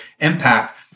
impact